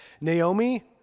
Naomi